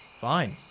Fine